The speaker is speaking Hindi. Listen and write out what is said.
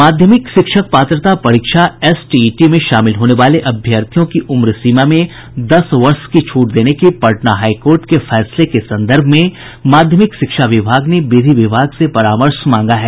माध्यमिक शिक्षक पात्रता परीक्षा एसटीईटी में शामिल होने वाले अभ्यर्थियों की उम्र सीमा में दस वर्ष की छूट देने के पटना हाई कोर्ट के फैसले के संदर्भ में माध्यमिक शिक्षा विभाग ने विधि विभाग से परामर्श मांगा है